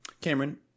Cameron